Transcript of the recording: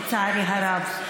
לצערי הרב.